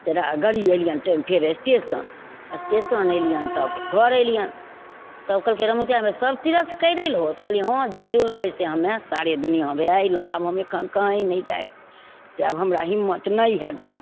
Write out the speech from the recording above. से गाड़ी अएलिअनि टेम फेर स्टेशन आओर स्टेशन अएलिअनि तब घर अएलिएनि तब कहलकै रमरतिआ माइ सब तीरथ करि अएलहो तऽ कहलिए हँ जे जुड़लै से हमे सारी दुनिआ भै अएलहुँ आब हम एखन कहीँ नहि जाएब से आब हमरा हिम्मत नहि हइ जाइके